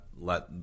let